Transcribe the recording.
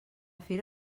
fira